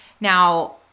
Now